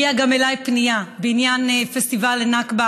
הגיעה גם אליי פנייה בעניין פסטיבל הנכבה